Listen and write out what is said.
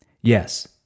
Yes